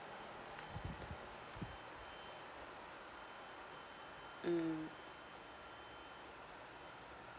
mm